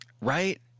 Right